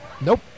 Nope